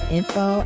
info